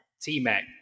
T-Mac